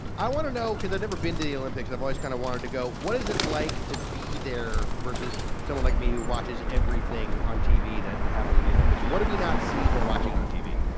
i want to know because i've never been to the olympics and i've always kind of wanted to go what is it like to be there versus someone like me who watches everything on tv that happens in the olympics what do we not see when we're watching it on tv?